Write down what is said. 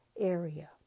area